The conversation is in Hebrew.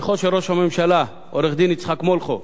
שליחו של ראש הממשלה, עורך-דין יצחק מולכו,